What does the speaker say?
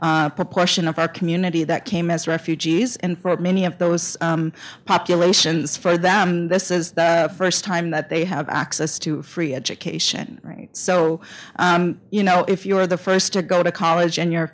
proportion of our community that came as refugees and for many of those populations for them this is the first time that they have access to free education so you know if you are the first to go to college in your